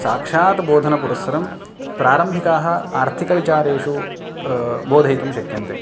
साक्षात् बोधनपुरस्सरं प्रारम्भिकाः आर्थिकविचारेषु बोधयितुं शक्यन्ते